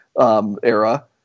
era